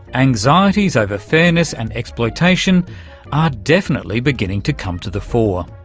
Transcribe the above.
anxieties over fairness and exploitation are definitely beginning to come to the fore.